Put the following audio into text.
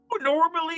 Normally